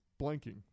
blanking